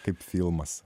kaip filmas